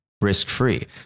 risk-free